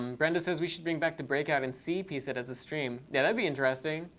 um brenda says, we should bring back the breakout in c, piece it as a stream. yeah, that'd be addressing.